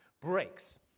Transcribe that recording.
breaks